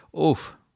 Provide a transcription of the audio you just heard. Oof